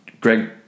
Greg